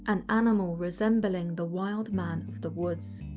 an animal resembling the wild man of the woods.